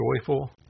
joyful